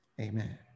Amen